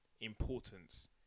importance